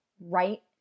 right